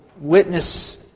witness